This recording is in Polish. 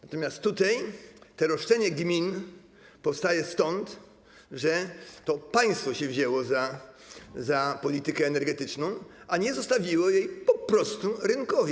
Natomiast tutaj to roszczenie gmin powstaje stąd, że to państwo się wzięło za politykę energetyczną, a nie zostawiło jej po prostu rynkowi.